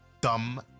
dumb